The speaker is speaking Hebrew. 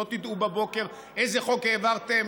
ולא תדעו בבוקר איזה חוק העברתם,